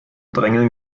drängeln